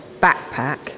backpack